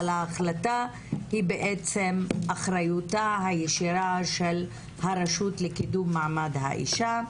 אבל ההחלטה היא בעצם אחריותה הישירה של הרשות לקידום מעמד האישה.